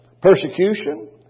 Persecution